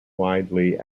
widely